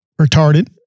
retarded